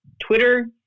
Twitter